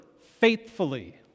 faithfully